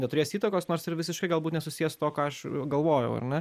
neturės įtakos nors ir visiškai galbūt nesusiję su tuo ką aš galvojau ar ne